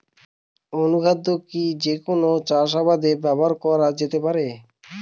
অনুখাদ্য কি যে কোন চাষাবাদে ব্যবহার করা যেতে পারে?